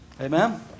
Amen